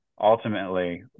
ultimately